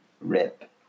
Rip